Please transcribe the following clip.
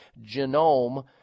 genome